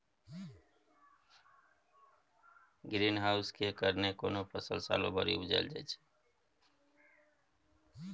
green house केर कारणेँ कोनो फसल सालो भरि उपजाएल जाइ छै